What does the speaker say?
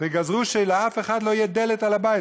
וגזרו שלאף אחד לא יהיה דלת לבית.